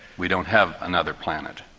we don't have another planet.